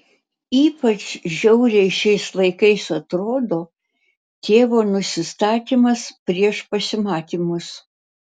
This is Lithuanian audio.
ypač žiauriai šiais laikais atrodo tėvo nusistatymas prieš pasimatymus